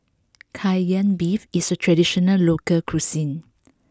Kai Lan Beef is a traditional local cuisine